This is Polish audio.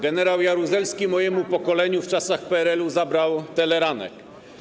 Generał Jaruzelski mojemu pokoleniu w czasach PRL-u zabrał ˝Teleranek˝